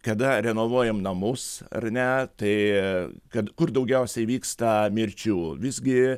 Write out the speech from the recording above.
kada renovuojam namus ar ne tai kad kur daugiausiai vyksta mirčių visgi